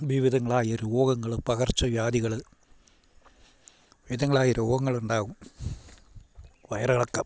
വിവിധങ്ങളായ രോഗങ്ങൾ പകർച്ച വ്യാധികൾ വിധങ്ങളായി രോഗങ്ങളുണ്ടാകും വയറിളക്കം